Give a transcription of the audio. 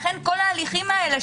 לכן כל ההליכים האלה,